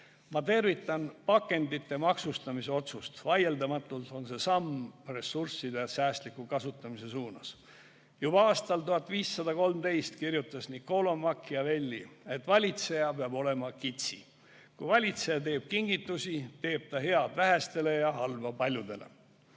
Ma tervitan pakendite maksustamise otsust. Vaieldamatult on see samm ressursside säästliku kasutamise suunas. Juba aastal 1513 kirjutas Niccolò Machiavelli, et valitseja peab olema kitsi. Kui valitseja teeb kingitusi, teeb ta head vähestele ja halba